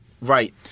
right